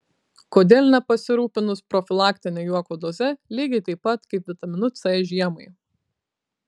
kodėl nepasirūpinus profilaktine juoko doze lygiai taip pat kaip vitaminu c žiemai